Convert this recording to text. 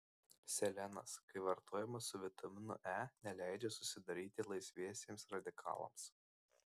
selenas kai vartojamas su vitaminu e neleidžia susidaryti laisviesiems radikalams